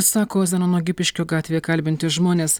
sako zenono gipiškio gatvėje kalbinti žmonės